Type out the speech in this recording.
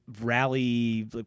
rally